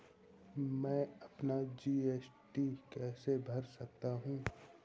मैं अपना जी.एस.टी कैसे भर सकता हूँ?